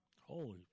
Holy